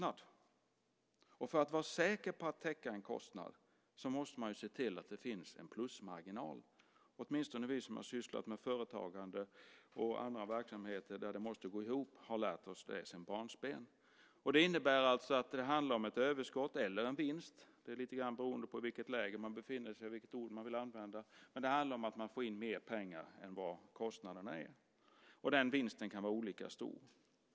För att man ska vara säker på att täcka en kostnad måste man se till att det finns en plusmarginal. Åtminstone vi som har sysslat med företagande och andra verksamheter där det måste gå ihop har lärt oss det sedan barnsben. Det innebär att det handlar om ett överskott eller en vinst. Det är lite grann beroende på vilket läger man befinner sig i vilket ord man vill använda. Men det handlar om att man får in mer pengar än vad kostnaderna är. Och den vinsten kan vara olika stor.